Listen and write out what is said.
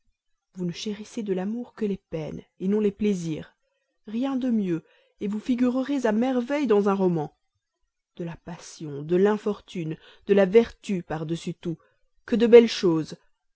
vous ne chérissez de l'amour que les peines non les plaisirs rien de mieux vous figurerez à merveille dans un roman de la passion de l'infortune de la vertu par-dessus tout que de belles choses